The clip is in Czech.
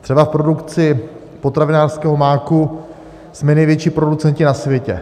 Třeba v produkci potravinářského máku jsme největší producenti na světě.